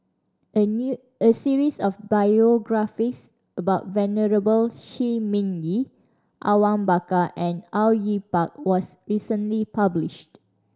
a new a series of biographies about Venerable Shi Ming Yi Awang Bakar and Au Yue Pak was recently published